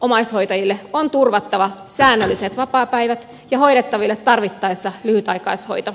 omaishoitajille on turvattava säännölliset vapaapäivät ja hoidettaville tarvittaessa lyhytaikaishoito